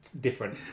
different